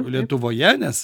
lietuvoje nes